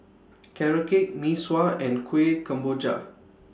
Carrot Cake Mee Sua and Kuih Kemboja